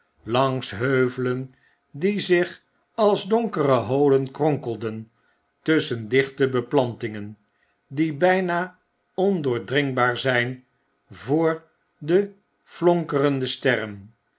langs heuvelen die zich als donkere holen kronkelden tusschen dichte beplantingen die bijna ondoordringbaar zyn voor de flonkerende sterren